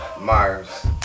myers